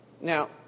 Now